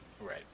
Right